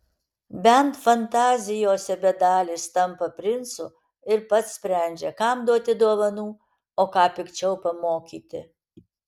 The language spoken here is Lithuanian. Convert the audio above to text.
bent fantazijose bedalis tampa princu ir pats sprendžia kam duoti dovanų o ką pikčiau pamokyti